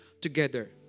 together